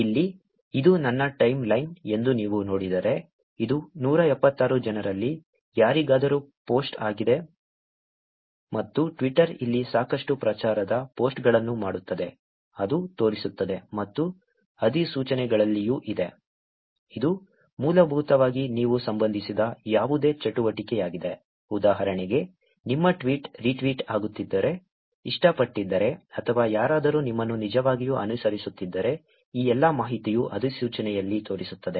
ಇಲ್ಲಿ ಇದು ನನ್ನ ಟೈಮ್ ಲೈನ್ ಎಂದು ನೀವು ನೋಡಿದರೆ ಇದು 176 ಜನರಲ್ಲಿ ಯಾರಿಗಾದರೂ ಪೋಸ್ಟ್ ಆಗಿದೆ ಮತ್ತು Twitter ಇಲ್ಲಿ ಸಾಕಷ್ಟು ಪ್ರಚಾರದ ಪೋಸ್ಟ್ಗಳನ್ನು ಮಾಡುತ್ತದೆ ಅದು ತೋರಿಸುತ್ತದೆ ಮತ್ತು ಅಧಿಸೂಚನೆಗಳಲ್ಲಿಯೂ ಇದೆ ಇದು ಮೂಲಭೂತವಾಗಿ ನೀವು ಸಂಬಂಧಿಸಿದ ಯಾವುದೇ ಚಟುವಟಿಕೆಯಾಗಿದೆ ಉದಾಹರಣೆಗೆ ನಿಮ್ಮ ಟ್ವೀಟ್ ರಿಟ್ವೀಟ್ ಆಗುತ್ತಿದ್ದರೆ ಇಷ್ಟಪಟ್ಟಿದ್ದರೆ ಅಥವಾ ಯಾರಾದರೂ ನಿಮ್ಮನ್ನು ನಿಜವಾಗಿಯೂ ಅನುಸರಿಸುತ್ತಿದ್ದರೆ ಈ ಎಲ್ಲಾ ಮಾಹಿತಿಯು ಅಧಿಸೂಚನೆಯಲ್ಲಿ ತೋರಿಸುತ್ತದೆ